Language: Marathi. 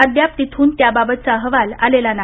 अद्याप तिथून त्याबाबतचा अहवाल आलेला नाही